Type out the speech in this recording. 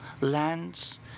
lands